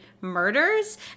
murders